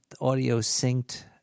audio-synced